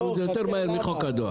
תגמרו את זה יותר מהר מחוק הדואר.